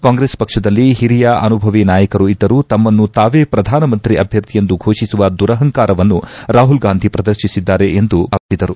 ಕಾಂಗ್ರೆಸ್ ಪಕ್ಷದಲ್ಲಿ ಹಿರಿಯ ಅನುಭವಿ ನಾಯಕರು ಇದ್ದರೂ ತಮ್ಮನ್ನು ತಾವೇ ಪ್ರಧಾನಮಂತ್ರಿ ಅಭ್ಯರ್ಥಿ ಎಂದು ಘೋಷಿಸುವ ದುರಹಂಕಾರವನ್ನು ರಾಹುಲ್ ಗಾಂಧಿ ಪ್ರದರ್ಶಿಸಿದ್ದಾರೆಂದು ಪ್ರಧಾನಿ ಆರೋಪಿಸಿದರು